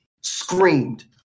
screamed